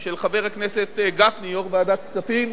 של חבר הכנסת גפני, יו"ר ועדת הכספים.